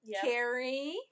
Carrie